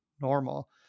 normal